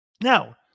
Now